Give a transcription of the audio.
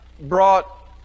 brought